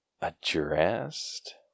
addressed